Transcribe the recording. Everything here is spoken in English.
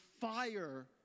fire